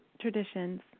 Traditions